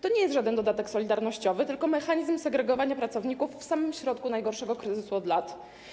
To nie jest żaden dodatek solidarnościowy, tylko mechanizm segregowania pracowników w samym środku najgorszego kryzysu od lat.